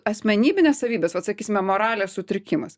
asmenybinės savybės vat sakysime moralės sutrikimas